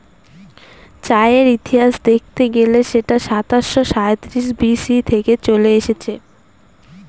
চায়ের ইতিহাস দেখতে গেলে সেটা সাতাশো সাঁইত্রিশ বি.সি থেকে চলে আসছে